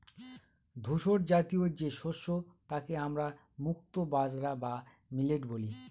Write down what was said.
ধূসরজাতীয় যে শস্য তাকে আমরা মুক্তো বাজরা বা মিলেট বলি